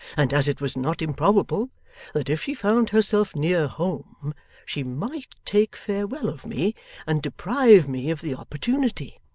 and as it was not improbable that if she found herself near home she might take farewell of me and deprive me of the opportunity,